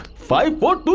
five four!